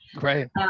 Right